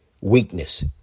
weakness